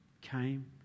came